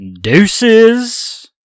Deuces